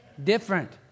different